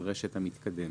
של הרשת המתקדמת.